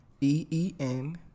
E-E-N